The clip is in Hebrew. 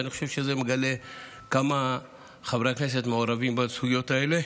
ואני חושב שזה מגלה כמה חברי הכנסת מעורבים בזכויות האלה.